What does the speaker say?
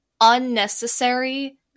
unnecessary